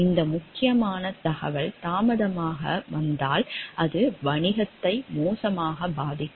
இந்த முக்கியமான தகவல் தாமதமாக வந்தால் அது வணிகத்தை மோசமாக பாதிக்கலாம்